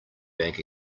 bank